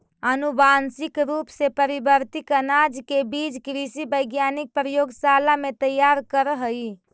अनुवांशिक रूप से परिवर्तित अनाज के बीज कृषि वैज्ञानिक प्रयोगशाला में तैयार करऽ हई